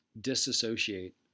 disassociate